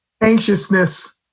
anxiousness